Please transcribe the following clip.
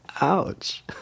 Ouch